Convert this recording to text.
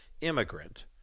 immigrant